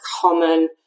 common